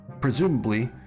Presumably